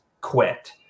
quit